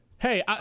Hey